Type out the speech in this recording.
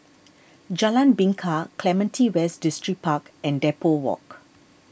Jalan Bingka Clementi West Distripark and Depot Walk